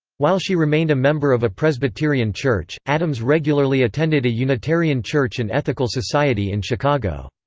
while she remained a member of a presbyterian church, addams regularly attended a unitarian church and ethical society in chicago.